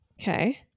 Okay